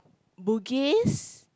Bugis